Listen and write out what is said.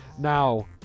Now